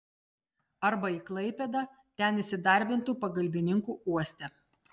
arba į klaipėdą ten įsidarbintų pagalbininku uoste